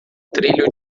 trilho